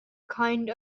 kind